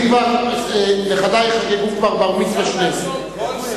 נכדי כבר חגגו בר-מצווה, שניהם.